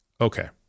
Okay